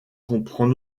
comprend